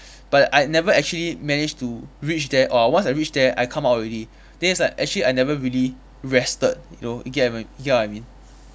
but I never actually managed to reach there or once I reach there I come out already then it's like actually I never really rested you know you get what I mean you get what I mean